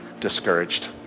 discouraged